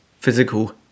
physical